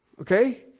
Okay